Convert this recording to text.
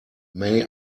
may